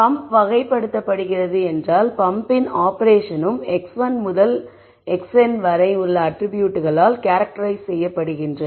pump வகைப்படுத்தப்படுகிறது என்றால் பம்ப்பின் ஆபரேஷனும் x1 முதல் xn வரை உள்ள அட்ரிபியூட்களால் கேரக்டெரைஸ் செய்யபடுகின்றது